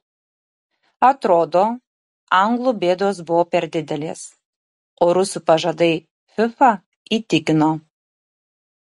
atrodo anglų bėdos buvo per didelės o rusų pažadai fifa įtikino